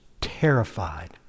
terrified